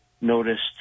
noticed